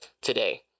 today